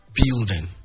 building